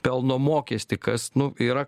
pelno mokestį kas nu yra